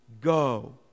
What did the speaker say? Go